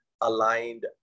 aligned